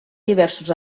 diversos